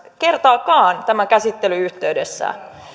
kertaakaan tämän käsittelyn yhteydessä kuin mihin ministeri nyt tässä